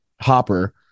Hopper